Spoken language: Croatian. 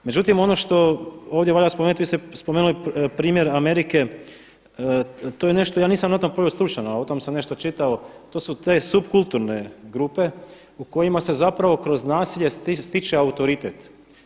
Međutim ono što ovdje valja spomenuti, vi ste spomenuli primjer Amerike, to je nešto, ja nisam o tome proveo stručan, a o tome sam nešto čitao, to su te supkulturne grupe u kojima se zapravo kroz nasilje stiče autoritet.